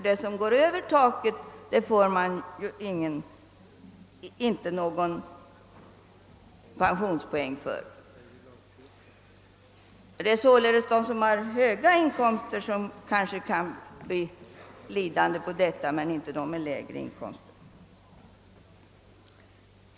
Det som överstiger detta tak får man ju ingen pensionspoäng för. Det är således personer med höga inkomster som kan bli lidande på detta men inte de som har låg inkomst.